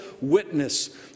witness